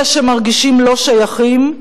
אלה שמרגישים לא שייכים,